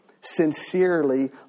sincerely